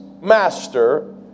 master